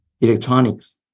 Electronics